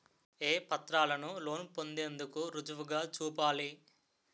ఏ పత్రాలను లోన్ పొందేందుకు రుజువుగా చూపాలి?